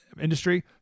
industry